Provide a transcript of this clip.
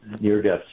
near-death